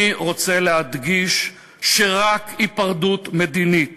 אני רוצה להדגיש שרק היפרדות מדינית